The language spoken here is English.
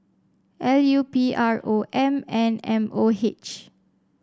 L U P R O M and M O H